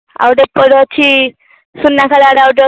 ଆଉ ଗୋଟିଏ ଏପଟେ ଅଛି ସୁନାଖେଳାରେ ଆଉ ଗୋଟିଏ ଅଛି